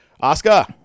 oscar